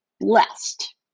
blessed